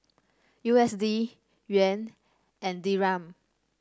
U S D Yuan and Dirham